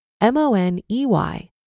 M-O-N-E-Y